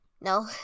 No